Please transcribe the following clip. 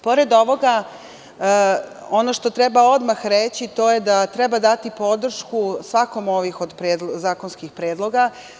Pored ovoga, ono što treba odmah reći, to je da treba dati podršku svakom od ovih zakonskih predloga.